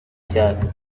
cyane